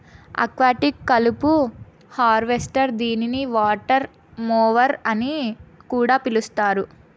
aquatic కలుపు harvester దీనిని water mower అని కూడా పిలుస్తారు